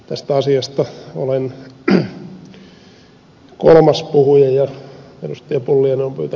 tästä asiasta olen kolmas puhuja ja ed